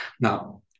Now